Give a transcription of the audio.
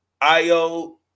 Io